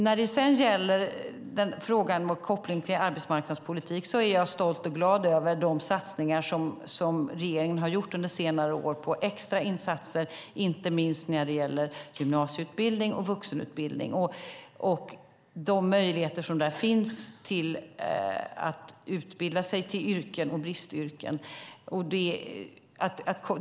När det sedan gäller frågan med koppling till arbetsmarknadspolitiken är jag stolt och glad över de satsningar som regeringen har gjort under senare år med extra insatser på inte minst gymnasieutbildning och vuxenutbildning och möjligheterna att utbilda sig till olika yrken och bristyrken.